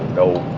no